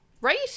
right